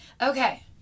Okay